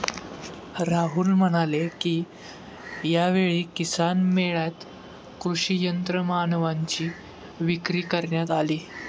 राहुल म्हणाले की, यावेळी किसान मेळ्यात कृषी यंत्रमानवांची विक्री करण्यात आली